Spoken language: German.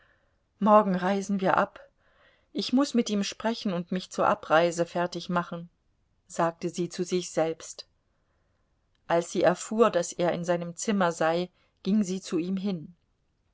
morgen reisen wir ab ich muß mit ihm sprechen und mich zur abreise fertigmachen sagte sie zu sich selbst als sie erfuhr daß er in seinem zimmer sei ging sie zu ihm hin